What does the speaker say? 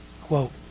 Quote